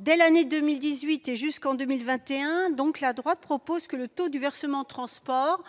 Dès l'année 2018, et jusqu'en 2021, la droite propose que le taux du versement transport